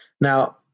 Now